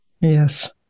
Yes